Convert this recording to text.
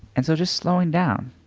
and so just slowing down,